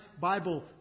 Bible